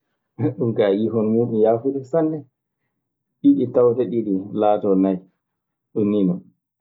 ɗun kaa a yii hono muuɗun yaafude sanne? Ɗiɗi tawata ɗiɗi laatoo nay. Ɗun nii non.